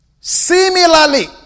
Similarly